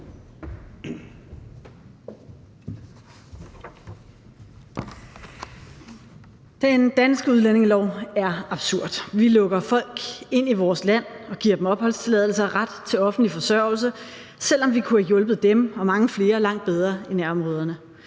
Den danske udlændingelov er absurd: Vi lukker folk ind i vores land og giver dem opholdstilladelser og ret til offentlig forsørgelse, selv om vi kunne have hjulpet dem og mange flere langt bedre i nærområderne.